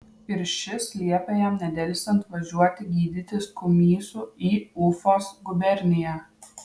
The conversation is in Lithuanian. ir šis liepė jam nedelsiant važiuoti gydytis kumysu į ufos guberniją